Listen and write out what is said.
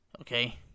Okay